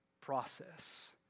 process